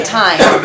time